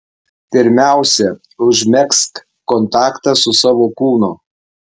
pirmiausia užmegzk kontaktą su savo kūnu